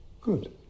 Good